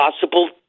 possible